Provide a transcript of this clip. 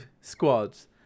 squads